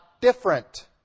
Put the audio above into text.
different